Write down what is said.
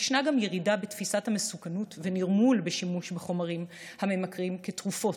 יש גם ירידה בתפיסת המסוכנות ונרמול השימוש בחומרים הממכרים כתרופות,